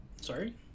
Sorry